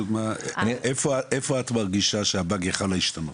איפה את מרגישה שהבאג יכול היה להשתנות?